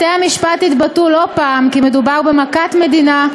בתי-המשפט התבטאו לא פעם כי מדובר במכת מדינה,